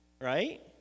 right